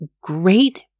great